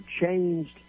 changed